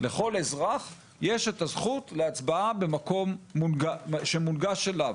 לכל אזרח יש את הזכות להצבעה במקום שמונגש אליו,